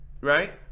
Right